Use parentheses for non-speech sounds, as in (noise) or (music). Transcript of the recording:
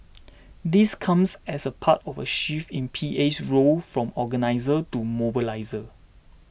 (noise) this comes as a part of a shift in PA's role from organiser to mobiliser